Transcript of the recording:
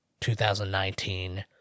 2019